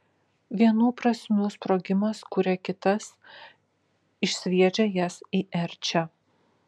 vienų prasmių sprogimas kuria kitas išsviedžia jas į erčią